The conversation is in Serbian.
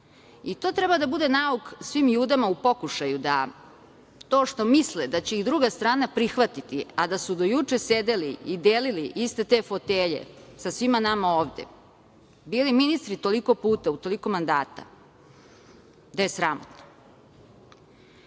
To treba da bude nauk svim judama u pokušaju, da to što misle da će ih druga strana prihvatiti, a da su do juče sedeli i delili iste te fotelje sa svima nama ovde, bili ministri toliko puta u toliko mandata, da je sramotno. Verujem